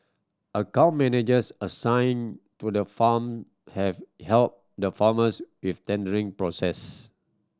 account managers assigned to the farm have helped the farmers with tendering process